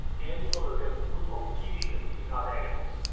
animals that get food from killing and eating other animals?